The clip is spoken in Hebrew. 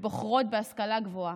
ובוחרות בהשכלה גבוהה.